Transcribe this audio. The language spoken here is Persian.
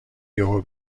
یهو